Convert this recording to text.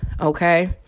okay